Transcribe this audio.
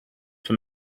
for